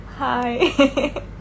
Hi